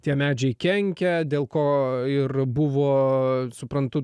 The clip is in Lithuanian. tie medžiai kenkia dėl ko ir buvo suprantu